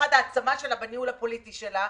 ובמיוחד בהעצמה שלה בניהול הפוליטי שלה,